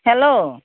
hello